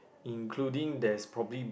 including there's probably